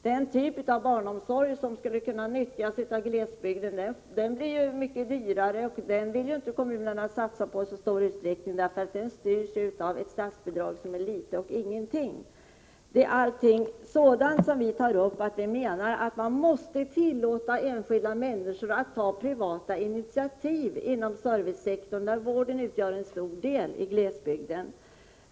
Den typ av barnomsorg som skulle kunna nyttjas av glesbygden blir mycket dyrare, och den vill inte kommunerna satsa på i så stor utsträckning därför att den styrs av ett statsbidrag som är litet; det är praktiskt taget lika med noll och ingenting. Vi tar upp allting sådant. Vi menar att man måste tillåta enskilda människor att ta privata initiativ inom servicesektorn, där vården utgör en stor del i glesbygden.